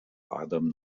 adam